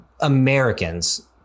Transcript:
Americans